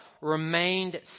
remained